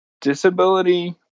Disability